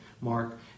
Mark